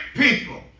people